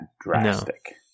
drastic